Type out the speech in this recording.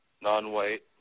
non-white